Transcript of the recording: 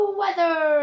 weather